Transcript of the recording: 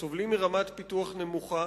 סובלים מרמת פיתוח נמוכה.